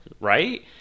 right